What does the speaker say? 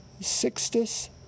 Sixtus